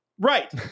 Right